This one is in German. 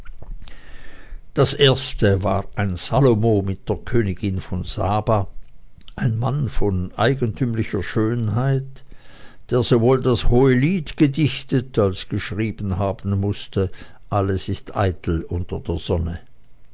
das erste war ein salomo mit der königin von saba ein mann von eigentümlicher schönheit der sowohl das hohelied gedichtet als geschrieben haben mußte alles ist eitel unter der sonne